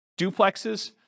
duplexes